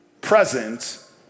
present